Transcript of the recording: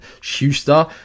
Schuster